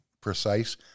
precise